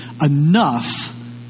enough